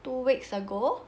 two weeks ago